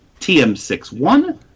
TM61